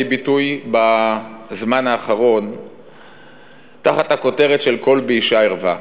ביטוי בזמן האחרון תחת הכותרת של "קול באישה ערווה".